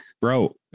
bro